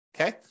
okay